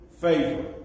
favor